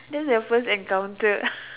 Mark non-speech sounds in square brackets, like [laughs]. that's the first encounter [laughs]